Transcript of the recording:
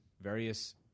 various